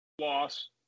loss